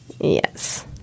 Yes